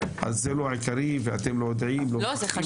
אז זה לא עיקרי ואתם לא יודעים, לא מפקחים?